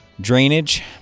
Drainage